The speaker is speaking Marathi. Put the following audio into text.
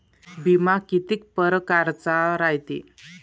बिमा कितीक परकारचा रायते?